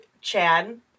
Chad